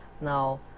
Now